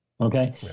Okay